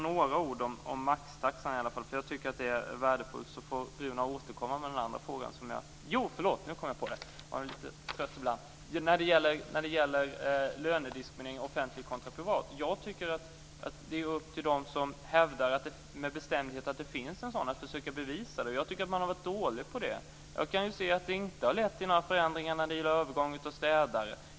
När det sedan gäller lönediskriminering i offentlig kontra privat sektor, tycker jag att det är upp till dem som med bestämdhet hävdar att det finns en sådan att försöka bevisa det. Jag tycker att man har varit dålig på det. Jag kan se att det inte har lett till några förändringar när det gäller övergång av städare.